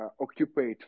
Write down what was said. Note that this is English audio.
occupy